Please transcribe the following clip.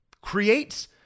creates